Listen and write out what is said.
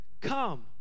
Come